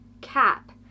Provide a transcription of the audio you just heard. cap